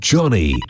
Johnny